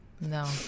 No